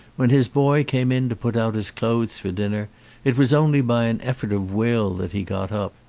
when his boy came in to put out his clothes for dinner it was only by an effort of will that he got up.